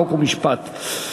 חוק ומשפט.